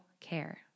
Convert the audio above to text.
care